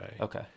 Okay